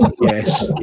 Yes